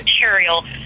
material